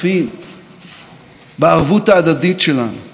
את מי בדיוק זה משרת,